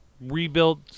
rebuilt